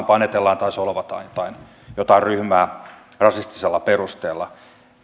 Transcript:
panetellaan tai solvataan jotain jotain ryhmää rasistisella perusteella